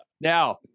Now